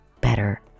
better